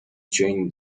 jane